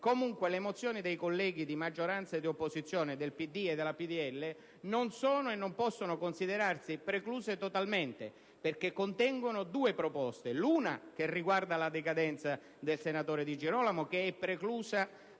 comunque le mozioni dei colleghi di maggioranza e di opposizione del Partito Democratico e del Popolo della Libertà non sono, e non possono considerarsi, precluse totalmente perché contengono due proposte: l'una, che riguarda la decadenza del senatore Di Girolamo, che è preclusa